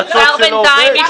מטוס שלא עובד?